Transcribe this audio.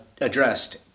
addressed